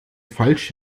falsch